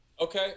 Okay